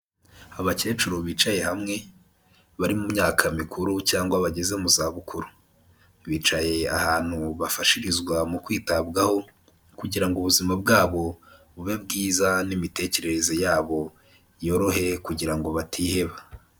Abakecuru bicaye hamwe bari mu myaka mikuru cyangwa bageze mu zabukuru, bicaye ahantu bafashirizwa mu kwitabwaho kugira ngo ubuzima bwabo bube bwiza n'imitekerereze yabo yorohe kugira ngo batiheba.